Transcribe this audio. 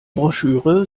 broschüre